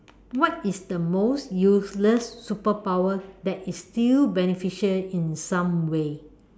what is the most useless super power that is still beneficial in some way